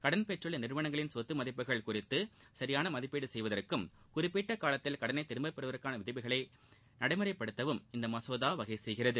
கடன் பெற்றுள்ள நிறுவனங்களின் சொத்து மதிப்புகள் குறித்து சரியான மதிப்பீடு செய்வதற்கும் குறிப்பிட்ட காலத்தில் கடனை திரும்பப்பெறுவதற்கான விதிகளை நடைமுறைப்படுத்தவும் இந்த மசோதா வகை செய்கிறது